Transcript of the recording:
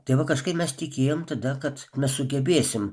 tai va kažkaip mes tikėjom tada kad mes sugebėsim